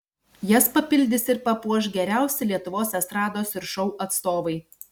jas papildys ir papuoš geriausi lietuvos estrados ir šou atstovai